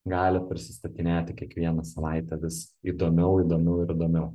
galit prisistatinėti kiekvieną savaitę vis įdomiau įdomiau ir įdomiau